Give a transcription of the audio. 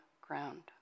ground